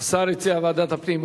השר הציע ועדת הפנים.